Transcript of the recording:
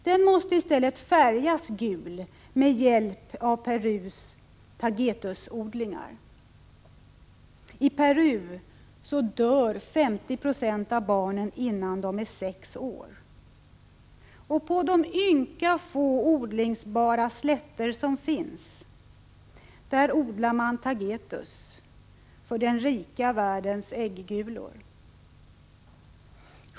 Den måste i stället färgas gul med hjälp av Perus tagetesblommor. I Peru dör 50 96 av barnen innan de är sex år. Och på de ynka få odlingsbara slätter som finns, där odlar man tagetes för den rika världens äggulor.